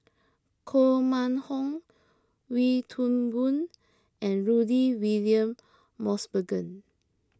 Koh Mun Hong Wee Toon Boon and Rudy William Mosbergen